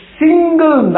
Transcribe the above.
single